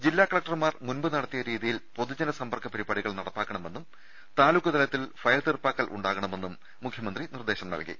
ജില്ലാ കലക്ടർമാർ മുമ്പ് നടത്തിയ രീതിയിൽ പൊതുജന സമ്പർക്ക പരി പാടികൾ നടപ്പാക്കണമെന്നും താലൂക്ക്തലത്തിൽ ഫയൽ തീർപ്പാ ക്കൽ ഉണ്ടാകണമെന്നും മുഖ്യമന്ത്രി നിർദേശം നൽകി